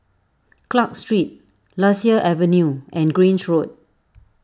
Clarke Street Lasia Avenue and Grange Road